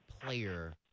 player